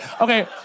Okay